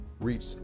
reach